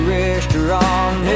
restaurant